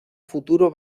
futuro